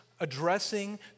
Addressing